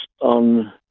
on